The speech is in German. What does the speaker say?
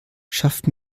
schafft